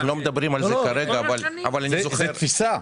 אנחנו לא מדברים על זה כרגע, אבל זו תפיסה.